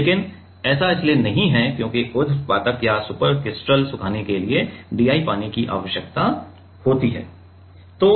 लेकिन ऐसा इसलिए नहीं है क्योंकि ऊध्र्वपातक या सुपरक्रिटिकल सुखाने के लिए DI पानी की आवश्यकता होती है